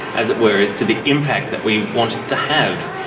as it were, as to the impact that we want it to have.